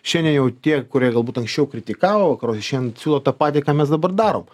šiandien jau tie kurie galbūt anksčiau kritikavo vakaruose šiandien siūlo tą patį ką mes dabar darom